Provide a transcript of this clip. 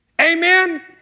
Amen